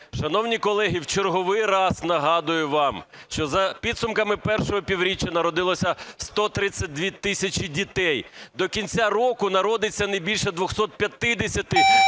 Шановні колеги, в черговий раз нагадую вам, що за підсумками І півріччя народилося 132 тисячі дітей. До кінця року народиться не більше 250